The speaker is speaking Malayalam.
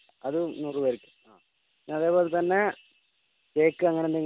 അതും നൂറ് പേർക്ക് അതേപോലെതന്നെ കേക്ക് അങ്ങനെ എന്തെങ്കിലും